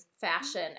fashion